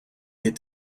get